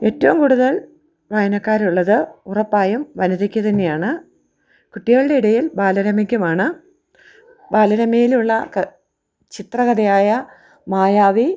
എറ്റവും കൂടുതൽ വായനക്കാർ ഉള്ളത് ഉറപ്പായും വനിതയ്ക്ക് തന്നെയാണ് കുട്ടികളുടെ ഇടയിൽ ബാലരമയ്ക്കുമാണ് ബാലരമയിലുള്ള ചിത്രകഥയായ മായാവി